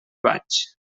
vaig